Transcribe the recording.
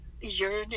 Yearning